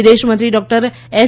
વિદેશમંત્રી doctor S